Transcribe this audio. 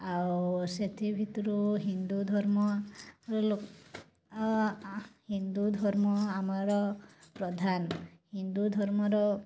ଆଉ ସେଥିଭିତୁରୁ ହିନ୍ଦୁଧର୍ମ ର ହିନ୍ଦୁଧର୍ମ ଆମର ପ୍ରଧାନ ହିନ୍ଦୁଧର୍ମର